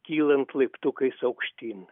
kylant laiptukais aukštyn